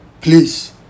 Please